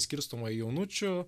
skirstoma jaunučių